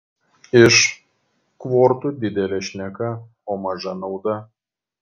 iš kvortų didelė šneka o maža nauda